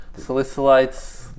salicylates